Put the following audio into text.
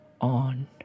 on